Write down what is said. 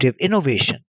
innovation